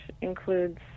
includes